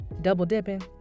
Double-dipping